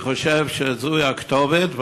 אני חושב שזו הכתובת,